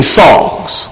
songs